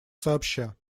сообща